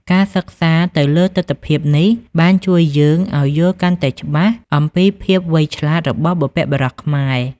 ការសិក្សាទៅលើទិដ្ឋភាពនេះបានជួយយើងឲ្យយល់កាន់តែច្បាស់អំពីភាពវៃឆ្លាតរបស់បុព្វបុរសខ្មែរ។